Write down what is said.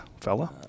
fella